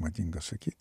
madinga sakyt